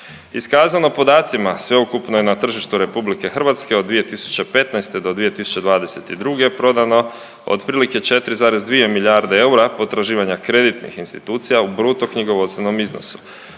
Iskazano podacima sveukupno je na tržištu Republike Hrvatske od 2015. do 2022. prodano otprilike 4,2 milijarde eura potraživanja kreditnih institucija u bruto knjigovodstvenom iznosu.